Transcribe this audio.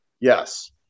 Yes